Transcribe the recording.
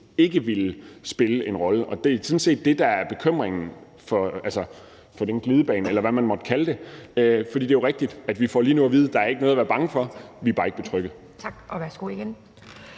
ikke ville spille en rolle. Det er sådan set det, der er bekymringen for den glidebane, eller hvad man måtte kalde det. For det er jo rigtigt, at vi lige nu får at vide, at der ikke er noget at være bange for. Vi er bare ikke betrygget. Kl. 10:19 Anden